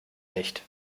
nicht